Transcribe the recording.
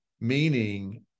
meaning